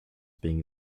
being